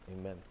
Amen